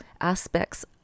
aspects